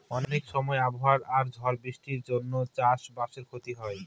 অনেক সময় আবহাওয়া আর ঝড় বৃষ্টির জন্য চাষ বাসে ক্ষতি হয়